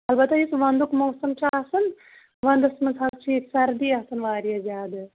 اَلبتہٕ ییٚلہِ وَنٛدُک موسَم چھُ آسان وَنٛدَس منٛز حظ چھِ ییٚتہِ سردی آسان واریاہ زیادٕ